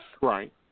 Right